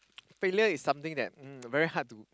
failure is something that um very hard to